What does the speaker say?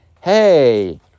hey